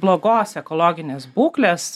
blogos ekologinės būklės